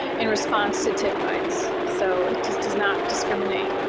in response to tick bites. so it just does not discriminate.